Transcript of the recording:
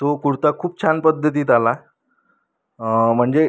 तो कुर्ता खूप छान पद्धतीत आला म्हणजे